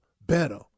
better